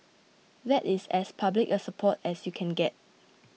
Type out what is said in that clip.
that is as public a support as you can get